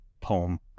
poem